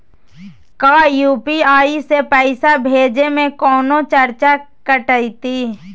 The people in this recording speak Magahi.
का यू.पी.आई से पैसा भेजे में कौनो चार्ज कटतई?